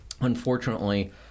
unfortunately